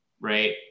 right